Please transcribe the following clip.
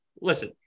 listen